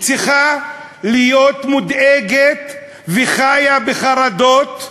צריכה להיות מודאגת וחיה בחרדות,